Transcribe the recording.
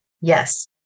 Yes